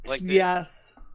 Yes